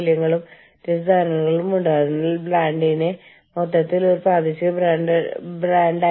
കൂടാതെ സ്ഥാപനത്തിന്റെ തീരുമാനങ്ങൾ എടുക്കുന്നതിന് അവർക്ക് സംഭാവന നൽകാനുള്ള അവകാശമുണ്ട്